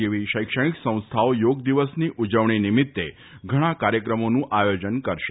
જેવી શૈક્ષણિક સંસ્થાઓ થોગ દિવસની ઉજવણી નીમીત્તે ઘણા કાર્યક્રમોનું આયોજન કરશે